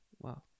Wow